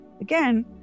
Again